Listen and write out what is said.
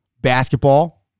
basketball